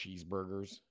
cheeseburgers